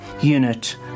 Unit